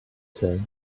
said